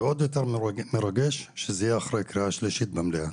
ועוד יותר מרגש שזה יהיה אחרי קריאה שלישית במליאה.